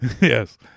yes